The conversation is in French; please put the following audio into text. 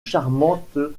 charmante